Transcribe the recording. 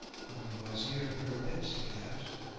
when the wazir heard this he asked,